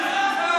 מה זה?